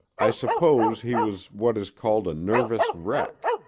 i suppose he was what is called a nervous wreck.